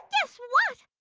guess what?